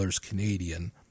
Canadian